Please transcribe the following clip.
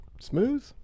Smooth